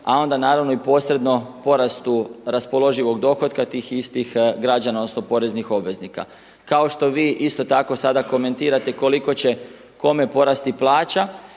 a onda naravno i posredno porastu raspoloživog dohotka tih istih građana odnosno poreznih obveznika. Kao što vi isto tako sada komentirate koliko će kome porasti plaća